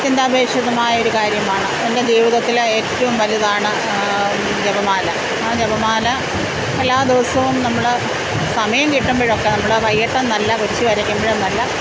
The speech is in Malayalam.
അത്യന്താപേക്ഷിതമായ ഒരു കാര്യമാണ് എൻ്റെ ജീവിതത്തിലെ ഏറ്റവും വലുതാണ് ജപമാല ആ ജപമാല എല്ലാ ദിവസവും നമ്മൾ സമയം കിട്ടുമ്പോഴൊക്കെ നമ്മൾ വൈകിട്ടെന്നല്ല കുരിശ് വരയ്ക്കുമ്പോൾ എന്നല്ല